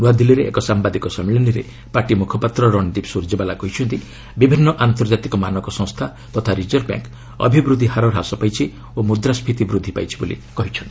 ନୂଆଦିଲ୍ଲୀରେ ଏକ ସାମ୍ବାଦିକ ସମ୍ମିଳନୀରେ ପାର୍ଟି ମୁଖପାତ୍ର ରଣଦୀପ ସୂରଜେୱାଲା କହିଛନ୍ତି ବିଭିନ୍ନ ଆନ୍ତର୍ଜାତିକ ମାନକ ସଂସ୍ଥା ତଥା ରିଜର୍ଭ ବ୍ୟାଙ୍କ୍ ଅଭିବୃଦ୍ଧି ହାର ହ୍ରାସ ପାଇଛି ଓ ମୁଦ୍ରାସ୍କିତି ବୃଦ୍ଧି ପାଇଛି ବୋଲି କହିଛନ୍ତି